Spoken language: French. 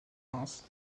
reims